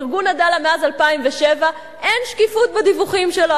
ארגון "עדאלה" מאז 2007 אין שקיפות בדיווחים שלו.